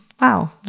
Wow